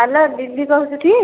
hello Lily କହୁଛୁଟି